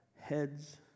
heads